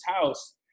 house